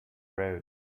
road